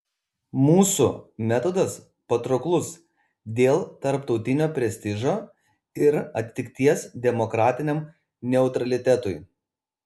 mūsų metodas patrauklus dėl tarptautinio prestižo ir atitikties demokratiniam neutralitetui